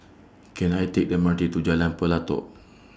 Can I Take The M R T to Jalan Pelatok